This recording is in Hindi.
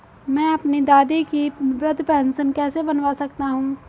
मैं अपनी दादी की वृद्ध पेंशन कैसे बनवा सकता हूँ?